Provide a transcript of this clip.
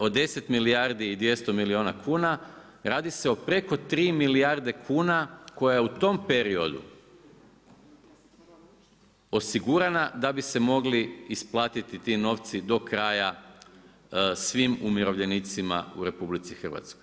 Od 10 milijardi i 200 milijuna kuna radi se o preko 3 milijarde kuna koja je u tom periodu osigurana da bi se mogli isplatiti ti novci do kraja svim umirovljenicima u RH.